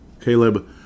Caleb